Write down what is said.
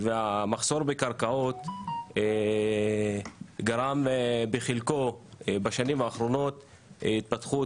המחסור בקרקעות גרם בחלקו בשנים האחרונות להתפתחות